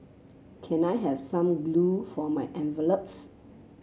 can I has some glue for my envelopes